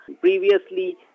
previously